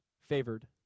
favored